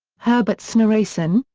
herbert snorrason,